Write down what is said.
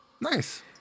nice